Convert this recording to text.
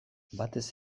batez